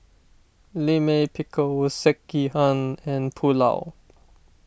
Lime Pickle Sekihan and Pulao